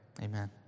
Amen